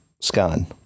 scan